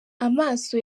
amaso